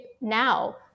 now